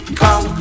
come